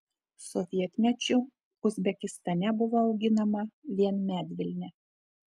sovietmečiu uzbekistane buvo auginama vien medvilnė